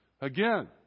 Again